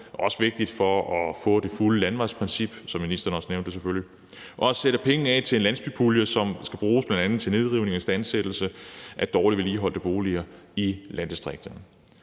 som også er vigtigt for at få det fulde landevejsprincip, og sat penge af til en landsbypulje, som bl.a. skal bruges til nedrivning og istandsættelse af dårligt vedligeholdte boliger i landdistrikterne.